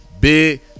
Big